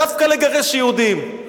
דווקא לגרש יהודים,